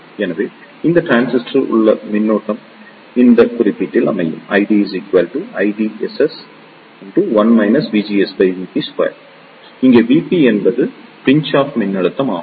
எனவே இந்த டிரான்சிஸ்டரில் உள்ள மின்னோட்டம் இந்த வெளிப்பாடு இங்கே Vp என்பது பிஞ்ச் ஆஃப் மின்னழுத்தமாகும்